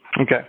Okay